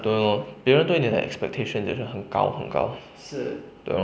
对 lor 别人对你的 expectation 也是很高很高